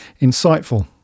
insightful